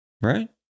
Right